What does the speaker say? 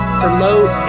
promote